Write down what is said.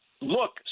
Look